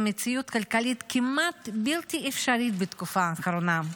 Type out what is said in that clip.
מציאות כמעט בלתי אפשרית בתקופה האחרונה.